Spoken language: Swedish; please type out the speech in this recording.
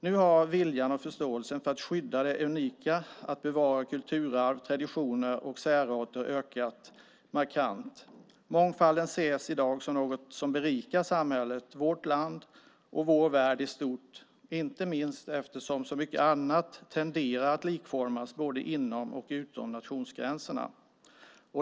Nu har viljan och förståelsen för att skydda det unika, att bevara kulturarv, traditioner och särarter ökat markant. Mångfalden ses i dag som något som berikar samhället, vårt land och vår värld i stort, inte minst eftersom så mycket annat tenderar att likformas både inom och utom nationsgränserna.